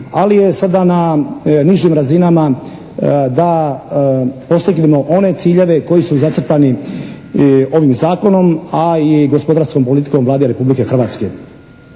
ali je sada na nižim razinama da postignemo one ciljeve koji su zacrtani ovim Zakonom, a i gospodarskom politikom Vlade Republike Hrvatske.